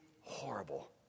horrible